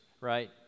right